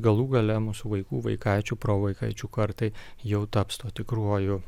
galų gale mūsų vaikų vaikaičių provaikaičių kartai jau taps tuo tikruoju